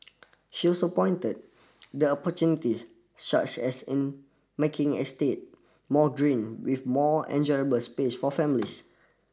she also pointed the opportunities such as in making estate more green with more enjoyable space for families